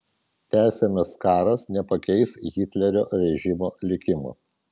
tęsiamas karas nepakeis hitlerio režimo likimo